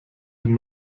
den